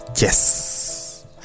Yes